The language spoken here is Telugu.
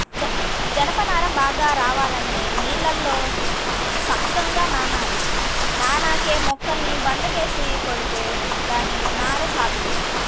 జనప నార బాగా రావాలంటే నీళ్ళల్లో సక్కంగా నానాలి, నానేక మొక్కల్ని బండకేసి కొడితే గానీ నార సాగదు